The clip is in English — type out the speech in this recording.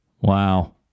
Wow